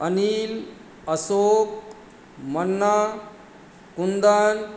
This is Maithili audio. अनिल अशोक मन्ना कुन्दन